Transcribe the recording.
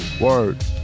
word